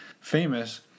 famous